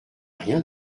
rien